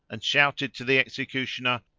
and shouted to the executioner,